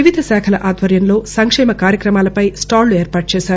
వివిధ శాఖల ఆధ్వర్యంలో సంక్షేమ కార్యక్రమాలపై స్టాళు ఏర్పాట్ల చేశారు